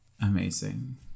amazing